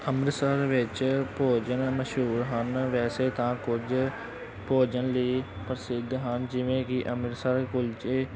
ਅੰਮ੍ਰਿਤਸਰ ਵਿੱਚ ਭੋਜਨ ਮਸ਼ਹੂਰ ਹਨ ਵੈਸੇ ਤਾਂ ਕੁੱਝ ਭੋਜਨ ਲਈ ਪ੍ਰਸਿੱਧ ਹਨ ਜਿਵੇਂ ਕਿ ਅੰਮ੍ਰਿਤਸਰੀ ਕੁਲਚੇ